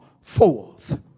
forth